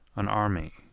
an army,